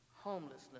homelessness